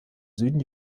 süden